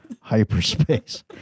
Hyperspace